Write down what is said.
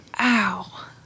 Ow